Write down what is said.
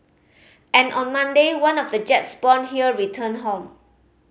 and on Monday one of the jets born here returned home